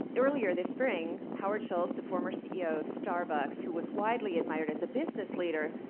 earlier this spring, howard schultz, the former ceo of starbucks, who was widely admired as a business leader,